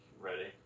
ready